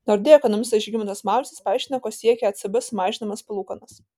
nordea ekonomistas žygimantas mauricas paaiškina ko siekė ecb sumažindamas palūkanas